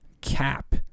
cap